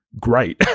great